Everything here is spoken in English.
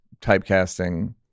typecasting